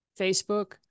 Facebook